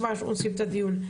זו הסיבה שאנחנו מקיימים את הדיון.